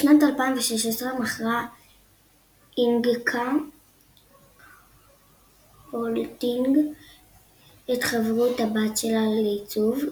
בשנת 2016 מכרה INGKA Holding את חברות הבת שלה לעיצוב,